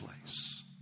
place